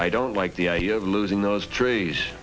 i don't like the idea of losing those trees